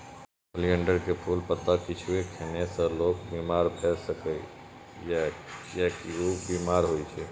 oleander के फूल, पत्ता किछुओ खेने से लोक बीमार भए सकैए, कियैकि ऊ बिखाह होइ छै